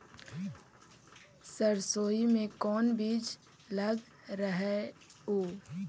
सरसोई मे कोन बीज लग रहेउ?